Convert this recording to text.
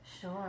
Sure